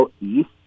east